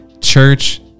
church